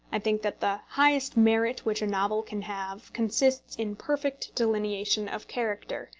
i think that the highest merit which a novel can have consists in perfect delineation of character,